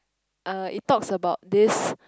uh it talks about this